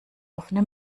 offene